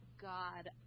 God